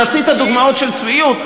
אם רצית דוגמאות של צביעות,